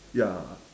ya